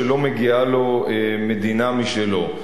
שלא מגיעה לו מדינה משלו,